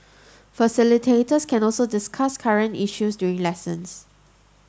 facilitators can also discuss current issues during lessons